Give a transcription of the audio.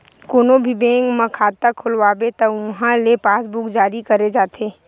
कोनो भी बेंक म खाता खोलवाबे त उहां ले पासबूक जारी करे जाथे